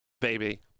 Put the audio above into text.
baby